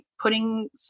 putting